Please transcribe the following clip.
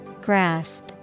Grasp